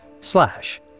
slash